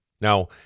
Now